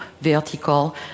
vertical